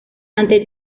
ante